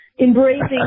embracing